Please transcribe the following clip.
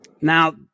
Now